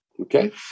Okay